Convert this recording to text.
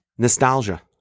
Nostalgia